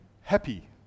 happy